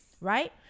Right